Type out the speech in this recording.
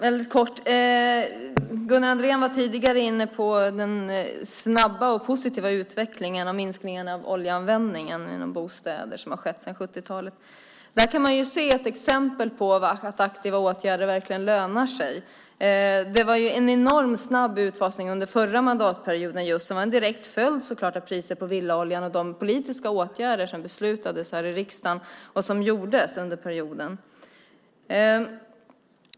Fru talman! Gunnar Andrén var tidigare inne på den snabba och positiva utveckling och den minskning av oljeanvändningen i bostäder som har skett sedan 70-talet. Där kan man se ett exempel på att aktiva åtgärder verkligen lönar sig. Det var ju en enormt snabb utfasning under förra mandatperioden, som var en direkt följd av priset på villaolja och de politiska åtgärder som beslutades här i riksdagen och vidtogs under perioden.